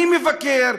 אני מבקש,